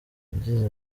yagize